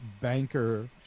banker